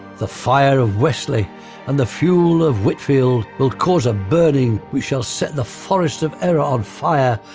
the fire of wesley and the fuel of whitfield will cause a burning. we shall set the forest of error on fire,